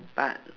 but